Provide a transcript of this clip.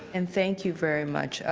and thank you very much.